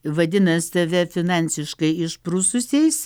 vadina save finansiškai išprususiais